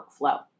workflow